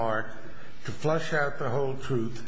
mark to flesh out the whole truth